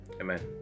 amen